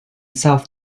south